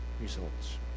results